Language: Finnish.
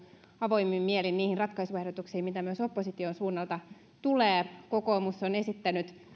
avoimin mielin niihin ratkaisuehdotuksiin mitä myös opposition suunnalta tulee kokoomus on esittänyt